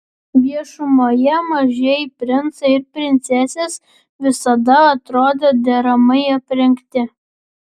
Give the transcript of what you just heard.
viešumoje mažieji princai ir princesė visada atrodo deramai aprengti